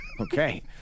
Okay